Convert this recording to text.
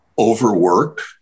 overwork